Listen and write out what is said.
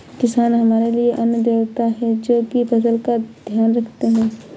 किसान हमारे लिए अन्न देवता है, जो की फसल का ध्यान रखते है